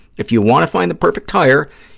if you want to find the perfect hire,